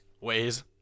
Ways